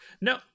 No